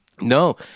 no